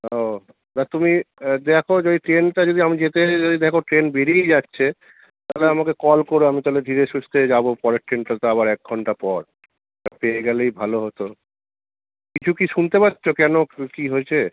ও তা তুমি দেখো যদি ট্রেনটা যদি আমি যেতে যেতে যদি দেখো ট্রেন বেরিয়ে যাচ্ছে তাহলে আমাকে কল করো আমি তাহলে ধীরে সুস্থে যাবো পরের ট্রেনটা তো আবার এক ঘন্টা পর তা পেয়ে গেলেই ভালো হতো কিছু কি শুনতে পাচ্ছো কেন কী হয়েছে